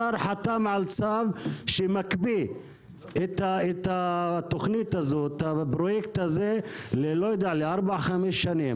חתם על צו שמקפיא את הפרויקט הזה לארבע או חמש שנים.